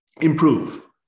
improve